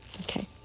Okay